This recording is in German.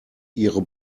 ihre